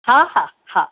हा हा हा